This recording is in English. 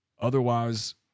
otherwise